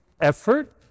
effort